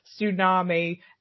tsunami